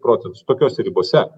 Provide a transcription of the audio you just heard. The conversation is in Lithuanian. procentus tokios ribose